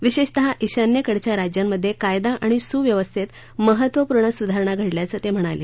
विशेषतः ईशान्येकडच्या राज्यांमधे कायदा आणि सुव्यवस्थेत महत्वपूर्ण सुधारणा घडल्याचं ते म्हणाले